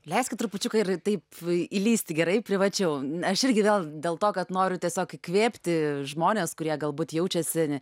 leiskit trupučiuką ir taip įlįsti gerai privačiau aš irgi gal dėl to kad noriu tiesiog įkvėpti žmones kurie galbūt jaučiasi